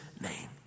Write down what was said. name